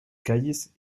calles